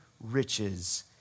riches